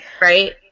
right